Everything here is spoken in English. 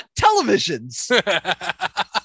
televisions